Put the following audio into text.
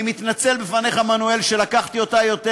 אני מתנצל בפניך, מנואל, שלקחתי אותה יותר.